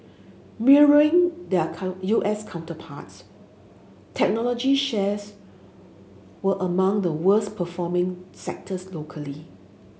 mirroring their U S counterparts technology shares were among the worst performing sectors locally